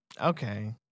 Okay